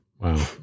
Wow